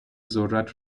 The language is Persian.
ذرت